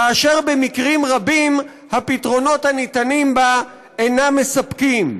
כאשר במקרים רבים הפתרונות הניתנים בה אינם מספקים.